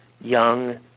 young